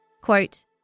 Quote